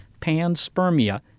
panspermia